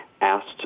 asked